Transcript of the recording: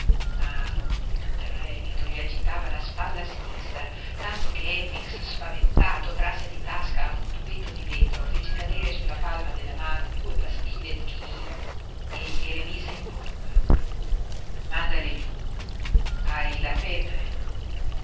ma un tremito gli agitava la spalla sinistra tanto che efix spaventato trasse di tasca un tubetto di vetro fece cadere sulla palma della mano due pastiglie di chinino e gliele mise in bocca mandale giú hai la febbre